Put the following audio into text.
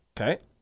Okay